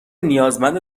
نیازمند